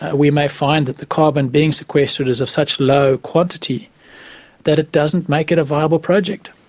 we may find that the carbon being sequestered is of such low quantity that it doesn't make it a viable project.